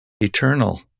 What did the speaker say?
eternal